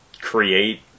create